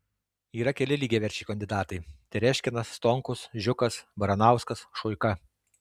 yra keli lygiaverčiai kandidatai tereškinas stonkus žiukas baranauskas šuika